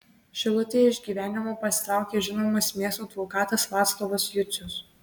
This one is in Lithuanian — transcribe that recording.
šilutėje iš gyvenimo pasitraukė žinomas miesto advokatas vaclovas jucius